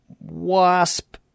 Wasp